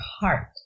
heart